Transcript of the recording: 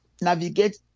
navigate